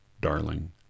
darling